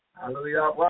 Hallelujah